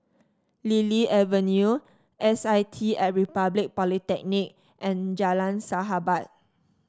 Lily Avenue S I T at Republic Polytechnic and Jalan Sahabat